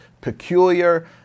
peculiar